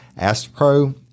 AstroPro